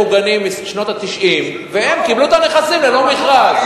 מוגנים משנות ה-90 והם קיבלו את הנכסים ללא מכרז.